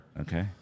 Okay